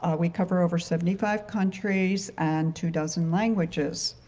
ah we cover over seventy five countries and two dozen languages.